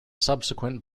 subsequent